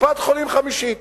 קופת-חולים חמישית.